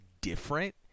different